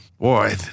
Boy